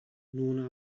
nun